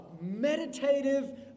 meditative